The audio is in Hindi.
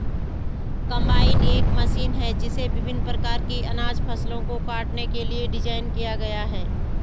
कंबाइन एक मशीन है जिसे विभिन्न प्रकार की अनाज फसलों को काटने के लिए डिज़ाइन किया गया है